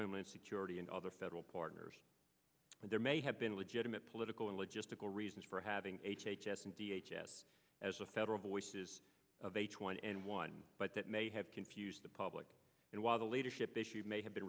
homeland security and other federal partners but there may have been legitimate political and logistical reasons for having h h s and v h s as a federal voices of h one n one but that may have confused the public and while the leadership issue may have been